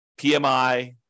PMI